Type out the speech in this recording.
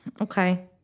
okay